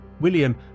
William